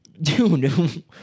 Dude